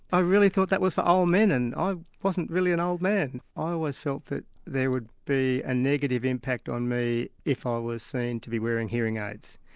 i really thought that was for old men and i wasn't really an old man, i always felt that there would be a negative impact on me if ah i was seen to be wearing hearing aids.